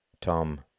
Tom